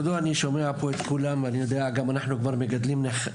כל מובילה בבית ספר,